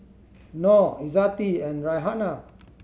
Nor Izzati and Raihana